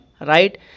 right